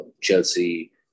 Chelsea